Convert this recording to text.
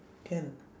can